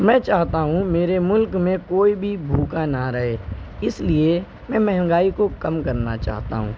میں چاہتا ہوں میرے ملک میں کوئی بھی بھوکا نہ رہے اس لیے میں مہنگائی کو کم کرنا چاہتا ہوں